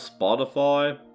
Spotify